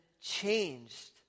changed